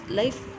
life